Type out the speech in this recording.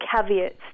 caveats